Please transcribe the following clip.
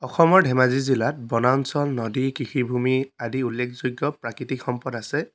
অসমৰ ধেমাজি জিলাত বনাঞ্চল নদী কৃষিভূমি আদি উল্লেখযোগ্য প্ৰাকৃতিক সম্পদ আছে